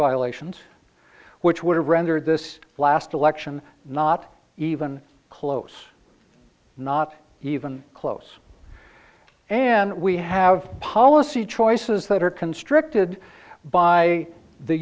violations which would have rendered this last election not even close not even close and we have policy choices that are constricted by the